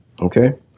Okay